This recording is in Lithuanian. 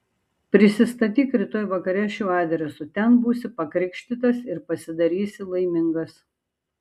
prisistatyk rytoj vakare šiuo adresu ten būsi pakrikštytas ir pasidarysi laimingas